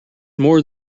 more